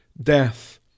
Death